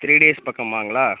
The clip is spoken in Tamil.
three days பக்கமாங்களா